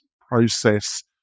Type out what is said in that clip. process